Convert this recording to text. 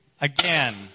again